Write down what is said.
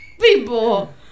people